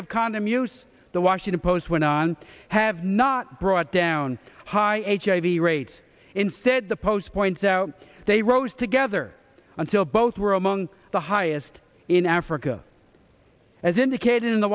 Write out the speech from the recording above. of condom use the washington post went on have not brought down high eight hiv rates instead the post points out they rose together until both were among the highest in africa as indicated in the